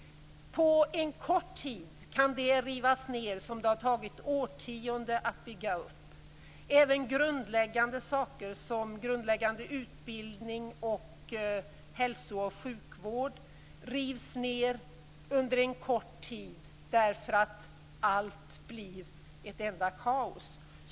På kort tid kan det rivas ned som det har tagit årtionden att bygga upp. Även grundläggande saker som grundläggande utbildning, hälso och sjukvård rivs ned på kort tid därför att allt blir ett enda kaos.